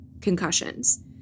concussions